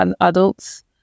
adults